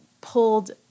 pulled